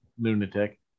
lunatic